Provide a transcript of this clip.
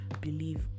believe